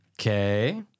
Okay